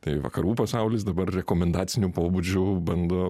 tai vakarų pasaulis dabar rekomendaciniu pobūdžiu bando